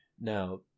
Now